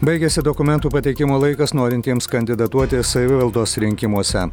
baigėsi dokumentų pateikimo laikas norintiems kandidatuoti savivaldos rinkimuose